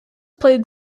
played